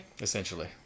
Essentially